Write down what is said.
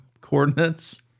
coordinates